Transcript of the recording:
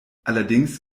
allerdings